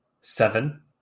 seven